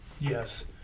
Yes